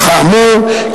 וכאמור,